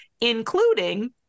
including